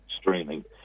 streaming